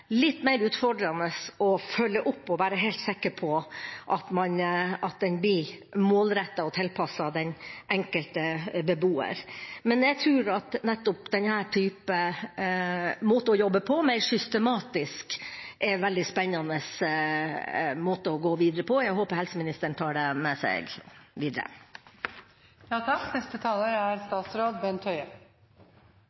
litt mer utfordrende og følge opp og være helt sikker på at den blir målrettet og tilpasset den enkelte beboer. Men jeg tror at nettopp denne måten å gjøre det på – mer systematisk – er veldig spennende å gå videre på. Jeg håper helseministeren tar det med seg videre. Jeg synes innlegget fra representanten Knutsen viser noe som er